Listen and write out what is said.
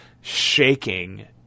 Shaking